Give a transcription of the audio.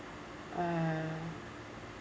uh